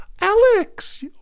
Alex